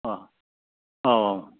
औ औ